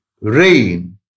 rain